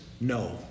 no